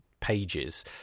pages